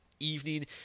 evening